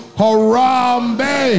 harambe